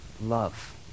love